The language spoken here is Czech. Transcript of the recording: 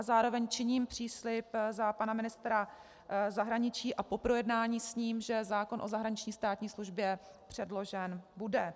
Zároveň činím příslib za pana ministra zahraničí a po projednání s ním, že zákon o zahraniční státní službě předložen bude.